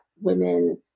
women